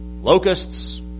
Locusts